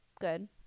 good